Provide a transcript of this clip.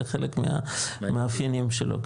זה חלק מהמאפיינים שלו.